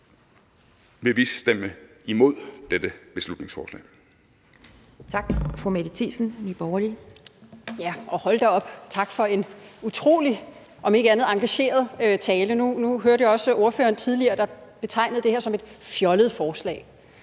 vil vi stemme imod dette beslutningsforslag.